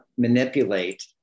manipulate